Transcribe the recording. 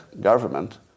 government